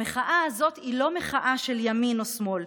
המחאה הזאת היא לא מחאה של ימין או שמאל,